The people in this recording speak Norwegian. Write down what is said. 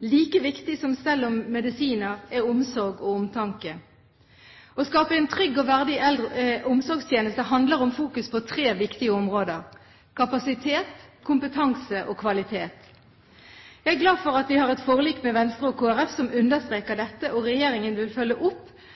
Like viktig som stell og medisiner er omsorg og omtanke. Å skape en trygg og verdig omsorgstjeneste handler om å fokusere på tre viktige områder: kapasitet, kompetanse og kvalitet. Jeg er glad for at vi har et forlik med Venstre og Kristelig Folkeparti som understreker dette, og Regjeringen vil følge opp